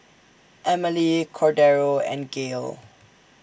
Emelie Cordero and Gael